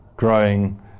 growing